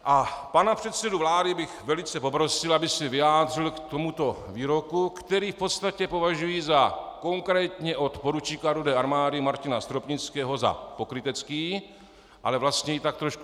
A pana předsedu vlády bych velice poprosil, aby se vyjádřil k tomuto výroku, který v podstatě považuji za konkrétně od poručíka Rudé armády Martina Stropnického za pokrytecký, ale vlastně i tak trošku švejkovský.